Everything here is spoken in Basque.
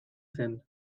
zen